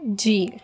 جی